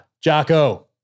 Jocko